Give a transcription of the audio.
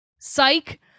Psych